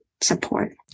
support